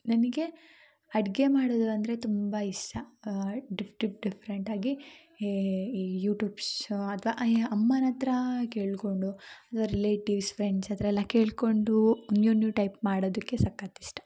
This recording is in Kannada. ನನಗೆ ಅಡುಗೆ ಮಾಡೋದಂದರೆ ತುಂಬ ಇಷ್ಟ ಆ ಡಿಫ್ ಡಿಫ್ ಡಿಫ್ಫ್ರೆಂಟಾಗಿ ಯೇ ಈ ಯೂಟ್ಯೂಬ್ಶ್ ಅಥ್ವ ಅಮ್ಮನಹತ್ರ ಕೇಳಿಕೊಂಡು ಅಂದರೆ ರಿಲೇಟಿವ್ಸ್ ಫ್ರೆಂಡ್ಸ್ ಹತ್ರೆಲ್ಲ ಕೇಳಿಕೊಂಡು ನ್ಯೂ ನ್ಯೂ ಟೈಪ್ ಮಾಡೋದಕ್ಕೆ ಸಕ್ಕತ್ ಇಷ್ಟ